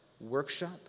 workshop